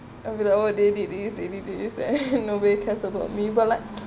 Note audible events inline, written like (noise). I'll be like oh they did this they did this they (laughs) nobody cares about me but like